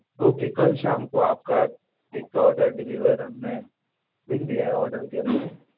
okay कल शाम को आपका एक आर्डर डिलीवर हम ने लिख दिया है ऑर्डर के लिए